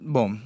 Bom